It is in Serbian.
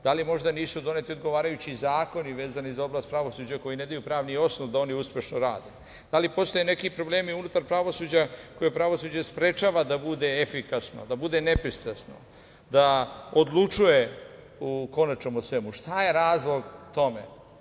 Da li možda nisu doneti odgovarajući zakoni vezani za oblast pravosuđa koji ne daju pravni osnov da oni uspešno rade, da li postoje neki problemi unutar pravosuđa koje pravosuđe sprečava da bude efikasno, da bude nepristrasno, da odlučuje konačno o svemu, šta je razlog tome?